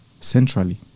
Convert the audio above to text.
centrally